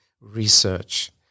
research